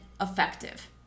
effective